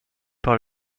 par